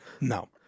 No